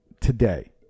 today